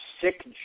sick